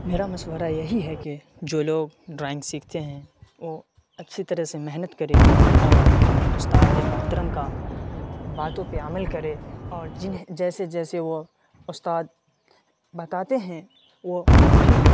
میرا مشورہ یہی ہے کہ جو لوگ ڈرائنگ سیکھتے ہیں وہ اچّھی طرح سے محنت کرے اور اپنے استاد محترم کا باتوں پہ عمل کرے اور جیسے جیسے وہ استاد بتاتے ہیں وہ وہی